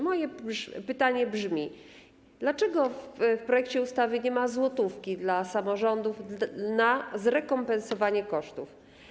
Moje pytanie brzmi: Dlaczego w projekcie ustawy nie ma złotówki dla samorządów na zrekompensowanie kosztów?